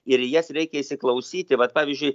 ir į jas reikia įsiklausyti vat pavyzdžiui